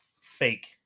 Fake